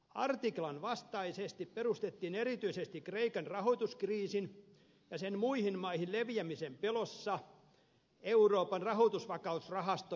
artiklan vastaisesti perustettiin erityisesti kreikan rahoituskriisin ja sen muihin maihin leviämisen pelossa euroopan rahoitusvakausrahasto ja mekanismi